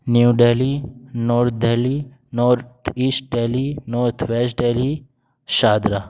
new Delhi north Delhi north east Delhi north west Delhi Shahdara